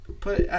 Put